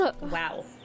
Wow